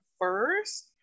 first